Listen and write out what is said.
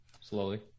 Slowly